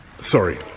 sorry